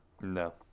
No